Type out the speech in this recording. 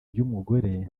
by’umugore